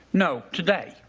no, today.